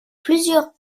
plusieurs